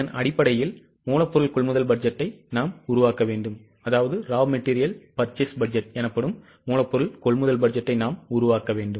இதன் அடிப்படையில் மூலப்பொருள் கொள்முதல் பட்ஜெட்டை உருவாக்க வேண்டும்